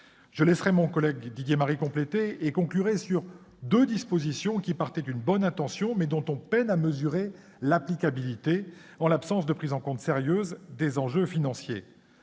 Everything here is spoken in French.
Je laisserai mon collègue Didier Marie compléter, et avant de conclure je citerai deux dispositions qui partaient d'une bonne intention mais dont on peine à mesurer l'applicabilité, en l'absence de prise en compte sérieuse des enjeux financiers